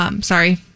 Sorry